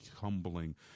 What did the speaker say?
humbling